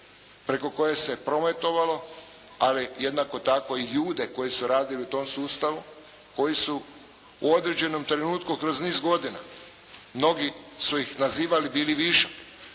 preko koje se prometovalo, ali jednako tako i ljude koji su radili u tom sustavu, koji su u određenom trenutku kroz niz godina, mnogi su ih nazivali, bili višak,